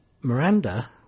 miranda